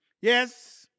yes